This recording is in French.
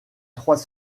trois